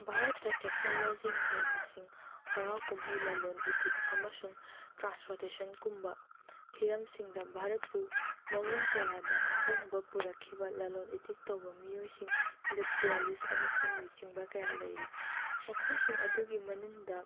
ꯚꯥꯔꯠꯇ ꯇꯦꯛꯅꯣꯒꯣꯖꯤ ꯃꯍꯩ ꯃꯁꯤꯡ ꯍꯔꯥꯎ ꯀꯨꯝꯍꯩ ꯂꯂꯣꯜ ꯏꯇꯤꯛ ꯑꯃꯁꯨꯡ ꯇꯔꯥꯟꯁꯄꯣꯔꯇꯦꯁꯟꯒꯨꯝꯕ ꯍꯤꯔꯝꯁꯤꯡꯗ ꯚꯥꯔꯠꯄꯨ ꯃꯑꯣꯡ ꯀꯌꯥꯗ ꯑꯍꯣꯡꯕ ꯄꯨꯔꯛꯈꯤꯕ ꯂꯂꯣꯟ ꯏꯇꯤꯛ ꯇꯧꯕ ꯃꯤꯑꯣꯏꯁꯤꯡ ꯏꯟꯗꯁꯇꯔꯦꯂꯤꯁ ꯑꯃꯁꯨꯡ ꯂꯨꯆꯤꯡꯕ ꯀꯌꯥ ꯂꯩꯔꯤ ꯃꯈꯣꯏꯁꯤꯡ ꯑꯗꯨꯒꯤ ꯃꯅꯨꯡꯗ